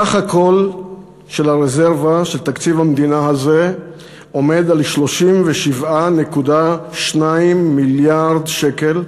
סך הכול של הרזרבה של תקציב המדינה הזה עומד על 37.2 מיליארד שקל.